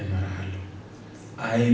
and i